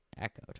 echoed